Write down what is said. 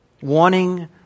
Wanting